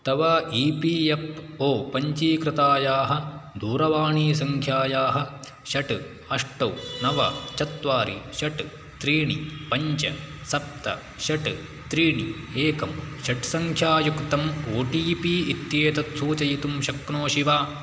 तव E P F O पञ्चीकृतायाः दूरवाणीसंख्यायाः षट् अष्टौ नव चत्वारि षट् त्रीणि पञ्च सप्त षट् त्रीणि एकं षट्सङ्ख्यायुक्तम् ओ टी पि इत्येतत् सूचयितुं शक्नोषि वा